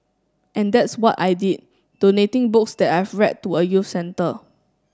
and that's what I did donating books that I've read to a youth centre